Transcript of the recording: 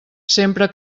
sempre